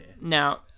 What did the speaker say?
Now